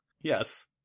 Yes